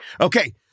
Okay